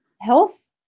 health